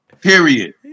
Period